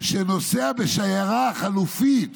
"שנוסע בשיירה חלופית